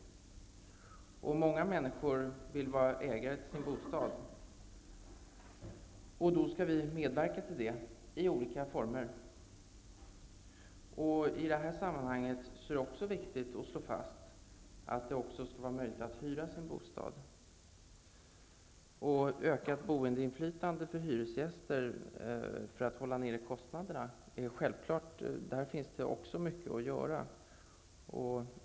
Många människor vill vara ägare till sin bostad, och då skall vi medverka till det i olika former. I det här sammanhanget är det också viktigt att slå fast att det även skall vara möjligt att hyra sin bostad. Också när det gäller ökat boendeinflytande för hyresgästerna för att hålla nere kostnaderna finns det mycket att göra.